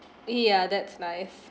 yeah that's nice